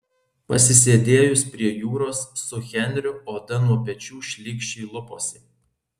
pasisėdėjus prie jūros su henriu oda nuo pečių šlykščiai luposi